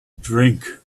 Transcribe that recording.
drink